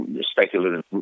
speculative